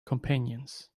companions